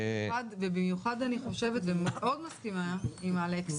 ובמיוחד אני חושבת ומאוד מסכימה עם אלכס,